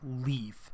leave